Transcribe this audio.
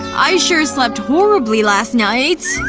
i sure slept horribly last night.